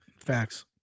Facts